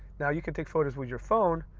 now you can take photos with your phone,